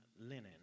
linen